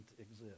exist